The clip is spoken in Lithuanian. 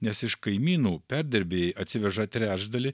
nes iš kaimynų perdirbėjai atsiveža trečdalį